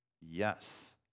Yes